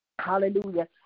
hallelujah